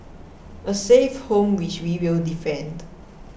a safe home which we will defend